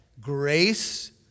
Grace